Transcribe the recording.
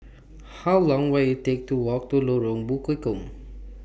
How Long Will IT Take to Walk to Lorong Bekukong